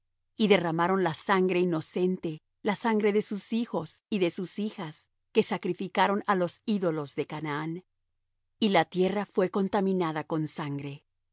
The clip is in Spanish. y derramaron la sangre inocente la sangre de sus hijos y de sus hijas que sacrificaron á los ídolos de canaán y la tierra fué contaminada con sangre